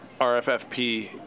rffp